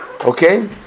Okay